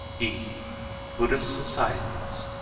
e buddhist societies.